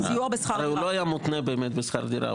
הרי הוא לא היה מותנה באמת בשכר דירה,